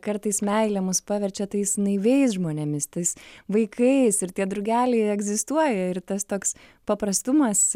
kartais meilė mus paverčia tais naiviais žmonėmis tais vaikais ir tie drugeliai egzistuoja ir tas toks paprastumas